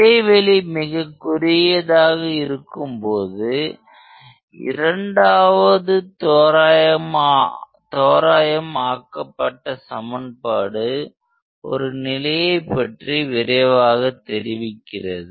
இடைவெளி மிகக் குறுகியதாக இருக்கும்பொழுது இரண்டாவது தோராயம் ஆக்கப்பட்ட சமன்பாடு ஒரு நிலையைப் பற்றி விரைவாக தெரிவிக்கிறது